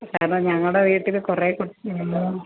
കാരണം ഞങ്ങളുടെ വീട്ടിൽ കുറേ കു